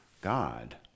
God